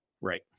Right